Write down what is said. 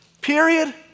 Period